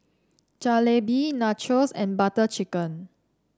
Jalebi Nachos and Butter Chicken